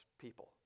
people